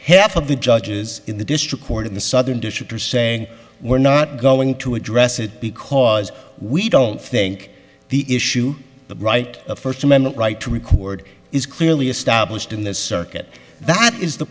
half of the judges in the district court in the southern district are saying we're not going to address it because we don't think the issue the right of first amendment right to record is clearly established in the circuit that is the